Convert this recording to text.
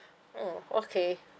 oh okay